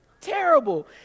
Terrible